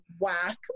whack